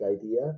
idea